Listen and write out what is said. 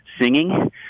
singing